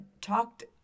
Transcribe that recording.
talked